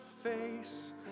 face